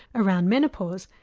around menopause,